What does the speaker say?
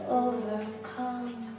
overcome